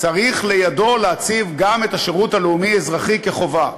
צריך לידו להציב גם את השירות הלאומי-אזרחי כחובה.